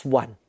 one